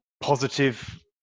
positive